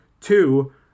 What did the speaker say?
Two